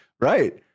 Right